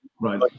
right